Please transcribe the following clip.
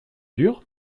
dur